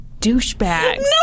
douchebags